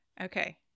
Okay